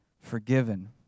forgiven